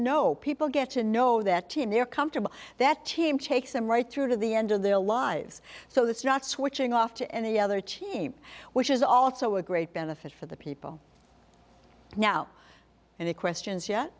know people get to know that they're comfortable that team takes them right through to the end of their lives so that's not switching off to any other team which is also a great benefit for the people now and the questions yet